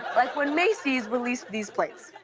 like when macy's released these plates.